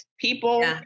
people